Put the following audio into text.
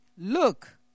Look